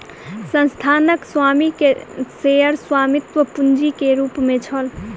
संस्थानक स्वामी के शेयर स्वामित्व पूंजी के रूप में छल